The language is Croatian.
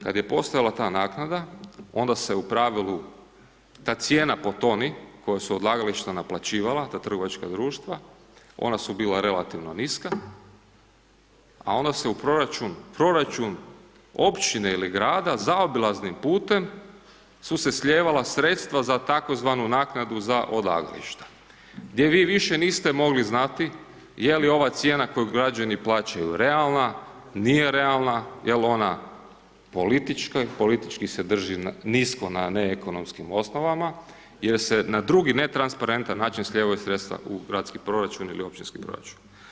Kad je postojala ta naknada, onda se u pravilu ta cijena po toni koja su odlagališta naplaćivala ta trgovačka društva, ona su bila relativno niska a onda se u proračun općine ili grada zaobilaznim putem su se slijevala sredstva za tzv. naknadu za odlagališta gdje vi više niste mogli znati je li ova cijena koju građani plaćaju realna, nije realna, jel' ona politička, politički se drži nisko na neekonomskim osnovama ili se na drugi, netransparentni način slijevaju sredstva u gradski proračun ili općinski proračun.